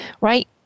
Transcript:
right